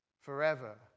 forever